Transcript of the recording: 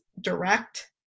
direct